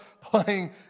playing